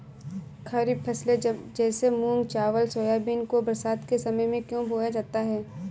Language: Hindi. खरीफ फसले जैसे मूंग चावल सोयाबीन को बरसात के समय में क्यो बोया जाता है?